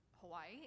Hawaii